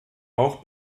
auch